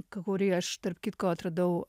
k kurį aš tarp kitko atradau